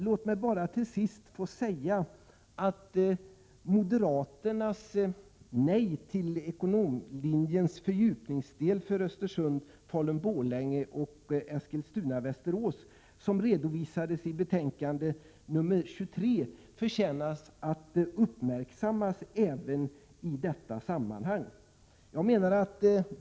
Låt mig till sist få säga att moderaternas nej till ekonomlinjens fördjupningsdels lokalisering till högskolorna i Östersund, Falun-Borlänge och Eskilstuna-Västerås som redovisas i betänkande 23 förtjänar att uppmärksammas även i detta sammanhang.